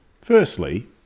Firstly